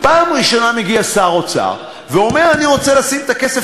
פעם ראשונה מגיע שר אוצר ואומר: אני רוצה לשים את הכסף